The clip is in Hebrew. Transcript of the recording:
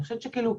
אני חושבת שכאילו,